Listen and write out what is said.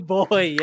boy